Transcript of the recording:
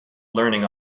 learning